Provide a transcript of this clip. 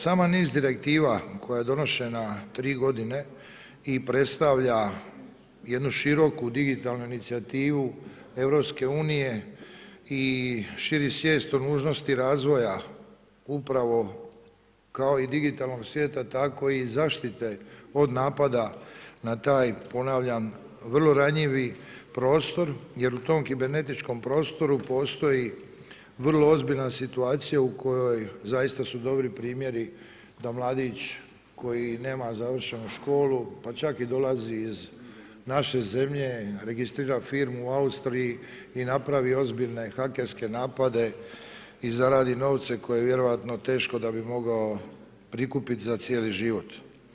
Sama NIS direktiva koja je donošena tri godine i predstavlja jednu široku, digitalnu inicijativu EU i širi svijest o nužnosti razvoja upravo kao i digitalnog svijeta tako i zaštite od napada na taj ponavljam vrlo ranjivi prostor jer u tom kibernetičkom prostoru postoji vrlo ozbiljna situacija u kojoj zaista su dobri primjeri da mladić koji nema završenu školu, pa čak i dolazi iz naše zemlje, registrira firmu u Austriji i napravi ozbiljne hakerske napade i zaradi novce koje vjerojatno teško da bi mogao prikupiti za cijeli život.